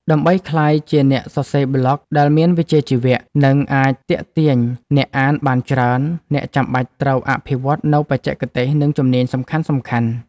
ដើម្បីក្លាយជាអ្នកសរសេរប្លក់ដែលមានវិជ្ជាជីវៈ និងអាចទាក់ទាញអ្នកអានបានច្រើន អ្នកចាំបាច់ត្រូវអភិវឌ្ឍនូវបច្ចេកទេស និងជំនាញសំខាន់ៗ។